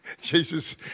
Jesus